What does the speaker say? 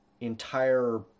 entire